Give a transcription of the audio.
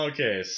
Okay